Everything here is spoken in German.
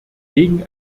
gegen